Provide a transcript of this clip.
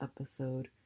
episode